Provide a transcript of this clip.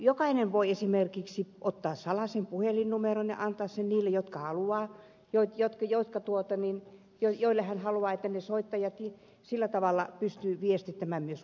jokainen voi esimerkiksi ottaa salaisen puhelinnumeronnä antaisi niille jotka haluaa puhelinnumeron ja antaa sen niille joiden hän haluaa sillä tavalla pystyvän viestittämään myös puhelimitse